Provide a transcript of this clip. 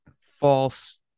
false